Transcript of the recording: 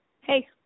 Hey